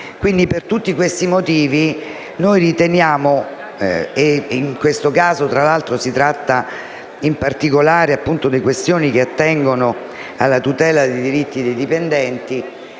Quindi, per tutti questi motivi, riteniamo - in questo caso tra l'altro si tratta in particolare di questioni che attengono alla tutela dei diritti dei dipendenti